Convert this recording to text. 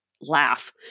laugh